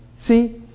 See